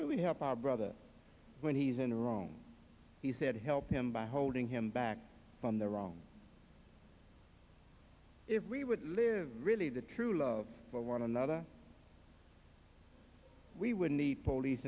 do we help our brother when he's in the wrong he said help him by holding him back from the wrong if we would live really the true love for one another we would need police